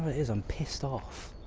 is? i'm pissed off.